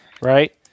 right